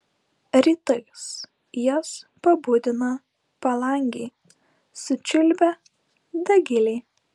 rytais jas pabudina palangėj sučiulbę dagiliai